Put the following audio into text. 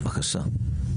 בבקשה.